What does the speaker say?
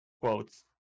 quotes